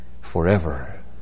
forever